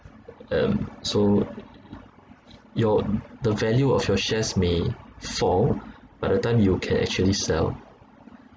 um so your the value of your shares may fall by the time you can actually sell